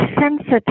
sensitive